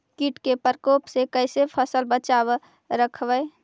कीट के परकोप से कैसे फसल बचाब रखबय?